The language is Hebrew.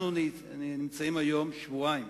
אנחנו נמצאים היום שבועיים